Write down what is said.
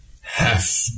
half